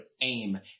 aim